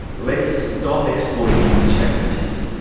let's stop exporting things which have risks.